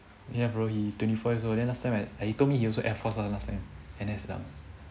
ya bro he twenty four years old then last time right like he told me he also air force one last time N_S ah